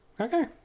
Okay